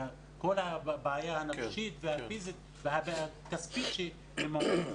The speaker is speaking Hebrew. מכל הבעיה הנפשית והפיזית והכספית שהם עומדים